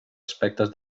aspectes